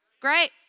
Great